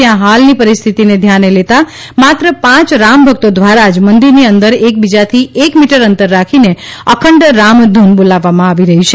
ત્યાં હાલની પરિસ્થિતીને ધ્યાને લેતા માત્ર પાંચ રામભકતો દ્વારા જ મંદિર ની અંદર એકબીજાથી એક મીટર અંતર રાખીને અખંડ રામધૂન બોલાવવામાં આવી રહી છે